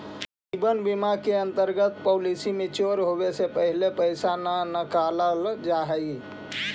जीवन बीमा के अंतर्गत पॉलिसी मैच्योर होवे के पहिले पैसा न नकालल जाऽ हई